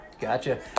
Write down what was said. Gotcha